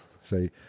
say